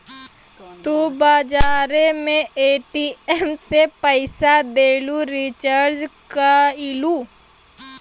तू बजारे मे ए.टी.एम से पइसा देलू, रीचार्ज कइलू